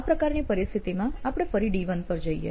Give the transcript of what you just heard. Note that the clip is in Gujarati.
આ પ્રકારની પરિસ્થિતમાં આપણે ફરી D1 પર જઈ શકીએ